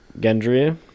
Gendry